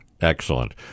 Excellent